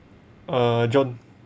uh john